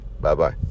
Bye-bye